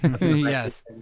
yes